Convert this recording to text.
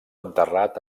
enterrat